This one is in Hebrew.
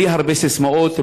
בלי הרבה סיסמאות,